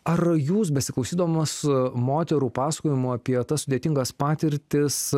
ar jūs besiklausydamos moterų pasakojimų apie tas sudėtingas patirtis